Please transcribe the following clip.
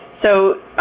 so